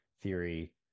theory